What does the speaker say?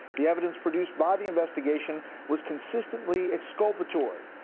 the evidence produced by the investigation was consistently exculpatory.